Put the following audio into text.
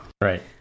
right